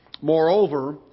Moreover